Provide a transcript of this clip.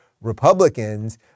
Republicans